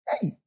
Hey